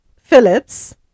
Phillips